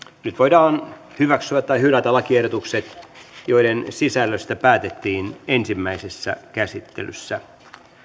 nyt voidaan hyväksyä tai hylätä lakiehdotukset joiden sisällöstä päätettiin ensimmäisessä käsittelyssä